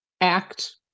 act